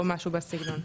או משהו בסגנון.